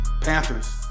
Panthers